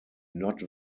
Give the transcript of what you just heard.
not